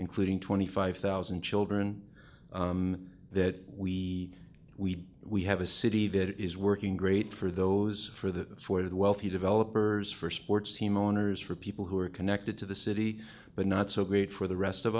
including twenty five thousand children that we we we have a city that is working great for those for the for the wealthy developers for sports team owners for people who are connected to the city but not so great for the rest of